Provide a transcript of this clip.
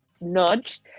nudge